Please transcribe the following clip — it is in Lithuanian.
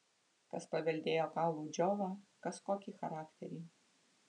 kas paveldėjo kaulų džiovą kas kokį charakterį